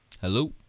Hello